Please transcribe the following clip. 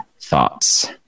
thoughts